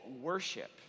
worship